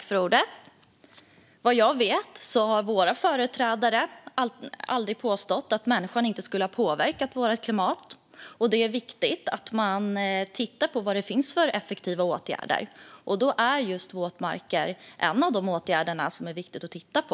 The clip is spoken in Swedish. Fru talman! Vad jag vet har våra företrädare aldrig påstått att människan inte skulle ha påverkat klimatet. Det är viktigt att man tittar på vilka effektiva åtgärder som finns, och våtmarker är en av de åtgärder som det är viktigt att titta på.